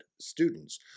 students